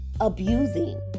abusing